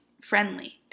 friendly